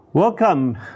Welcome